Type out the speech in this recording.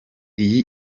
iyi